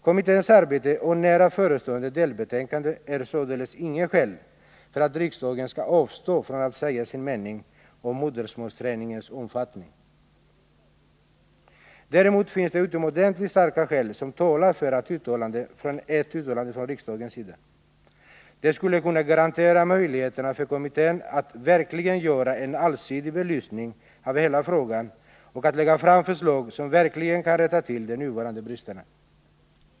Kommitténs arbete och nära förestående delbetänkande är således inget skäl för att riksdagen skall avstå från att säga sin mening om modersmålsträningens omfattning. Däremot finns det utomordentligt starka skäl som talar för ett uttalande från riksdagens sida. Det skulle kunna garantera möjligheterna för kommittén att verkligen göra en allsidig belysning av hela frågan och att lägga fram förslag som verkligen kan rätta till de nuvarande bristerna.